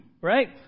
right